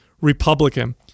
Republican